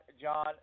John